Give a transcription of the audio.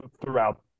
throughout